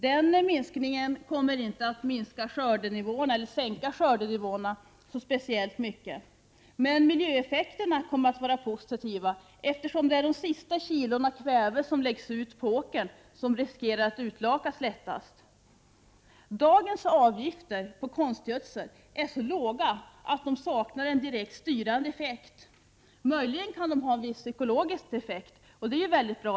Den minskningen kommer inte att sänka skördenivåerna speciellt mycket, men den kommer att ge positiva miljöeffekter, eftersom det är de sista kilona kväve som läggs ut på åkern som lättast riskerar att urlakas. Avgifterna i dag på konstgödsel är så låga att de saknar en direkt styrande effekt. De kan möjligen ha en viss psykologisk effekt, och det är i så fall mycket bra.